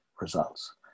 results